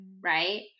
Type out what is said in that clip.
right